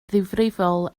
ddifrifol